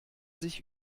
sich